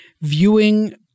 viewing